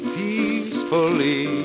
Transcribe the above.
peacefully